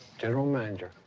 general manager.